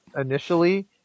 initially